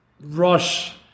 rush